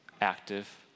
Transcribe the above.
active